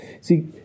See